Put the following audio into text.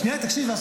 שנייה, תקשיב.